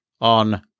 on